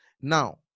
Now